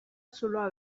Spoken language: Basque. zuloa